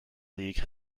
league